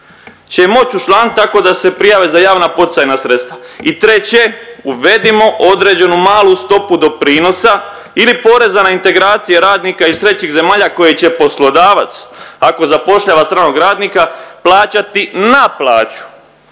ih moći učlanit tako da se prijave za javna poticajna sredstva. I treće uvedimo određenu malu stopu doprinosa ili poreza na integracije radnika iz trećih zemalja koje će poslodavac ako zapošljava stranog radnika plaćati na plaću.